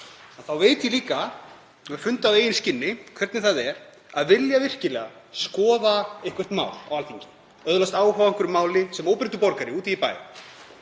— veit ég líka og hef fundið á eigin skinni hvernig það er að vilja virkilega skoða eitthvert mál á Alþingi, öðlast áhuga á einhverju máli sem óbreyttur borgari úti í bæ,